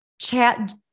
chat